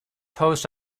post